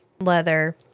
leather